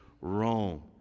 Rome